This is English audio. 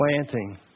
planting